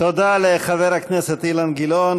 תודה לחבר הכנסת אילן גילאון.